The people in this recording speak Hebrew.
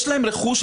יש להם רכוש.